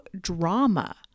drama